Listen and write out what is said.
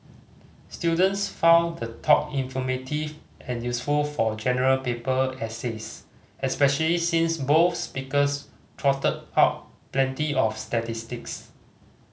students found the talk informative and useful for General Paper essays especially since both speakers trotted out plenty of statistics